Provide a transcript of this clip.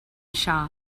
shop